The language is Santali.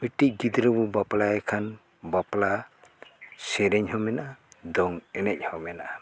ᱢᱤᱫᱴᱮᱱ ᱜᱤᱫᱽᱨᱟᱹ ᱵᱚ ᱵᱟᱯᱞᱟᱭᱮ ᱠᱷᱟᱱ ᱵᱟᱯᱞᱟ ᱥᱮᱨᱮᱧ ᱦᱚᱸ ᱢᱮᱱᱟᱜᱼᱟ ᱫᱚᱝ ᱮᱱᱮᱡ ᱦᱚᱸ ᱢᱮᱱᱟᱜᱼᱟ